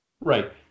Right